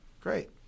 Great